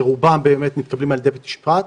שרובם באמת מתקבלים על ידי בית המשפט,